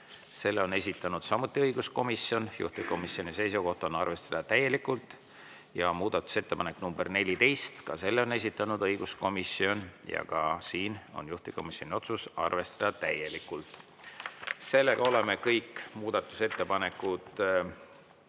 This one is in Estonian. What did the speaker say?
selle on esitanud samuti õiguskomisjon, juhtivkomisjoni seisukoht on arvestada täielikult. Muudatusettepanek nr 14, ka selle on esitanud õiguskomisjon ja ka siin on juhtivkomisjoni otsus arvestada täielikult. Oleme kõik muudatusettepanekud